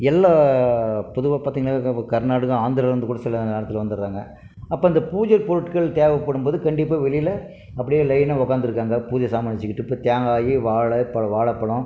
எல்லா பொதுவாக பார்த்திங்கன்னாவே கர்நாடகா ஆந்திராவில் இருந்து கூட சில நேரத்தில் வந்துடுறாங்க அப்போ இந்த பூஜை பொருட்கள் தேவைப்படும் போது கண்டிப்பாக வெளியில் அப்படியே லைனா உட்காந்துருக்காங்க பூஜை சாமான் வச்சுக்கிட்டு இப்போ தேங்காய் வாழைப்ப வாழைப்பழம்